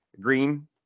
Green